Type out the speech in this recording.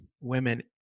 women